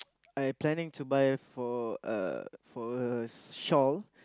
I planning to buy for uh for her shawl